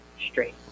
straight